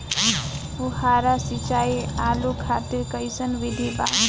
फुहारा सिंचाई आलू खातिर कइसन विधि बा?